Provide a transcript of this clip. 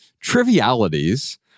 trivialities